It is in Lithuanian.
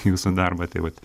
jūsų darbą tai vat